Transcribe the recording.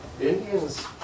Indian's